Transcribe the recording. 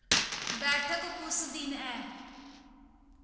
बैठक कुस दिन ऐ